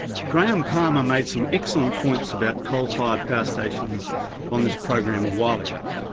graham palmer made some excellent points about coal fired power stations on this program a while ago.